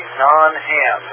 non-ham